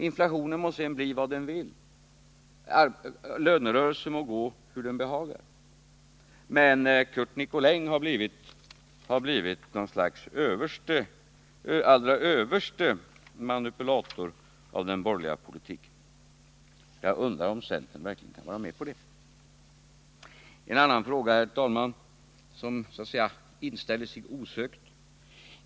Inflationen må sedan bli vad den vill. Lönerörelsen må gå hur den behagar. Curt Nicolin har blivit något slags allra överste manipulator av den borgerliga politiken. Jag undrar om centern verkligen kan vara med på detta.